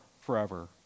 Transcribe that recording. forever